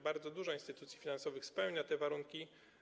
Bardzo dużo instytucji finansowych spełnia te warunki.